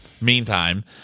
Meantime